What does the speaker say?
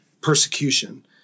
persecution